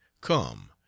come